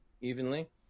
evenly